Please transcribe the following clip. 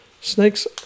Snakes